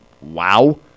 wow